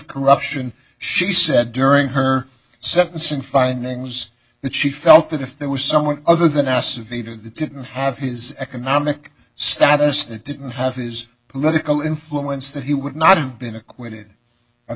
corruption she said during her sentencing findings that she felt that if there was someone other than acevedo that didn't have his economic status that didn't have his political influence that he would not have been a